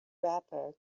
rapper